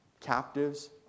captives